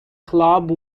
club